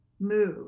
move